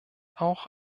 auch